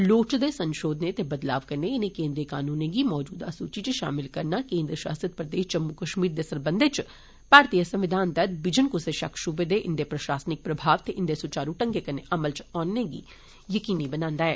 लोड़चदे संषोधर्ने ते बदालएं कन्नै इनें केन्द्रीय कनूने गी मौजूदा सूची च षामिल करना केन्द्र षासित प्रदेष जम्मू कष्मीर दे सरबंधें च भारती संविधान तैहत बिजन क्सै षक्क ष्बे दे इंदे प्रषासनिक प्रभाव ते इन्दा स्चारू ढंगै कन्नै अमल च औने गी यकीनी बनांदा ऐ